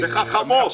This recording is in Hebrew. וחכמות.